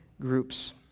groups